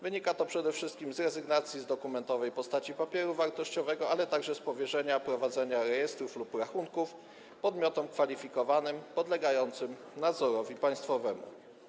Wynika to przede wszystkim z rezygnacji z dokumentowej postaci papieru wartościowego, ale także z powierzenia prowadzenia rejestrów lub rachunków podmiotom kwalifikowanym podlegającym nadzorowi państwowemu.